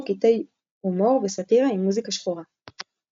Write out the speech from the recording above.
קטעי הומור וסאטירה עם מוזיקה שחורה.